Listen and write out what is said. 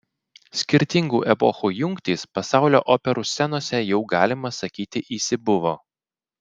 skirtingų epochų jungtys pasaulio operų scenose jau galima sakyti įsibuvo